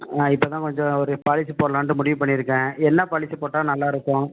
ஆ இப்போ தான் கொஞ்சம் ஒரு பாலிசி போடலாம்ன்ட்டு முடிவு பண்ணியிருக்கேன் என்ன பாலிசி போட்டால் நல்லாயிருக்கும்